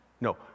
No